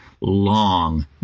long